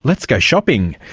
let's go shopping.